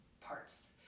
parts